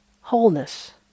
wholeness